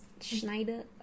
Schneider